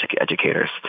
educators